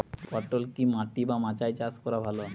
পটল কি মাটি বা মাচায় চাষ করা ভালো?